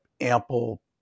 ample